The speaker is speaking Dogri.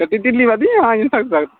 टट्टी ढिल्ली होआ दी जां सख्त सख्त